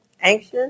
anxious